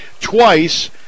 twice